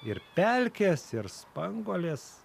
ir pelkės ir spanguolės